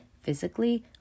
physically